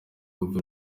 kuva